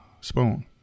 spoon